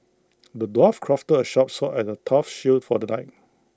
the dwarf crafted A sharp sword and A tough shield for the knight